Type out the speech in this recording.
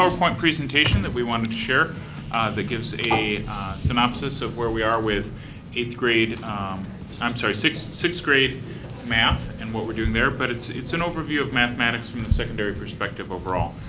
um presentation that we wanted to share that gives a synopsis of where we are with eighth-grade i'm sorry, sixth sixth grade math and what we're doing there, but it's it's an overview of mathematics from the secondary perspective overall.